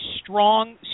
strong